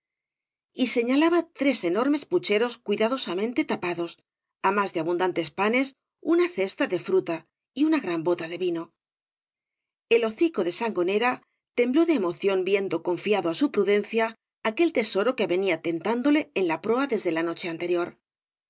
y señalaba tres enormes pucheros cuidadosa mente tapados á más de abundantes panes una cesta de fruta y uoa gran bota de vino el hocico de sangonera tembló de emoción viendo confiado á su prudencia aquel tesoro que venía tentándole en la proa deede la noche anterior